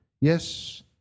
yes